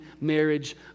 marriage